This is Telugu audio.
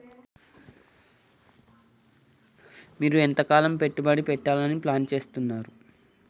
మీరు ఎంతకాలం పెట్టుబడి పెట్టాలని ప్లాన్ చేస్తున్నారు?